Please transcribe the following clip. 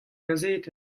gazetenn